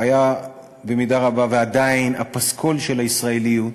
היה במידה רבה, ועדיין, הפסקול של הישראליות.